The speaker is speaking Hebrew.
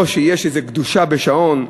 לא שיש איזו קדושה בשעון,